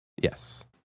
yes